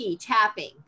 tapping